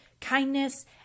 kindness